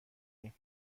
ایم